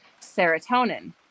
serotonin